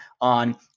on